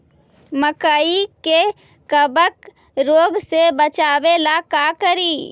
मकई के कबक रोग से बचाबे ला का करि?